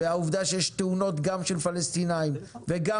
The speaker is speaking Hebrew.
והעבודה שיש תאונות גם של פלסטינאים וגם